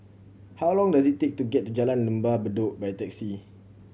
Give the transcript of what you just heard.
how long does it take to get to Jalan Lembah Bedok by taxi